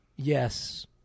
Yes